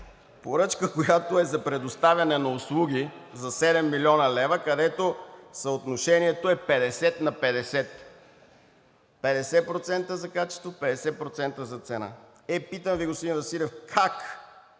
Поръчка, която е за предоставяне на услуги, за 7 млн. лв., където съотношението е 50 на 50, 50% за качество, 50% за цена. Е, питам Ви, господин Василев, как